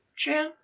True